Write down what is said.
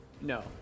No